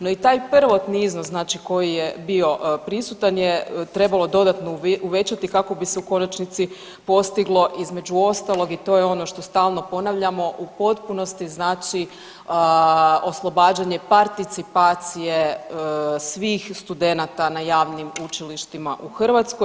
No i taj prvotni iznos, znači koji je bio prisutan je trebalo dodatno uvećati kako bi se u konačnici postiglo između ostalog i to je ono što stalno ponavljamo u potpunosti znači oslobađanje participacije svih studenata na javnim učilištima u Hrvatskoj.